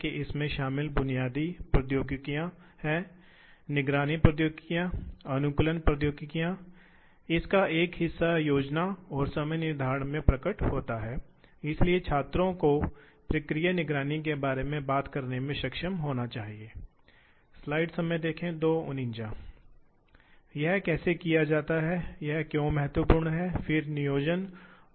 तो हम पहले एक मशीनिंग प्रक्रिया को ठीक से देखते हैं इसलिए मूल रूप से एक मशीनिंग प्रक्रिया में हम आम तौर पर धातु के निर्माण के बारे में बात कर रहे हैं मेरा मतलब धातु सामग्री है इसलिए अनिवार्य रूप से यह धातु का एक टुकड़ा ले रहा है और धातु को ठीक से हटा रहा है ताकि आपको विशिष्ट ज्यामितीय आयामों का एक हिस्सा मिलता है